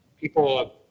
people